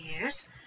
years